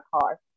car